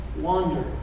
wander